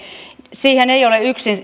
siihen ei ole